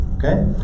Okay